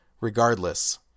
regardless